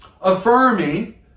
affirming